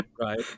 right